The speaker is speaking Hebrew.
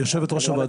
חברת הכנסת עידית,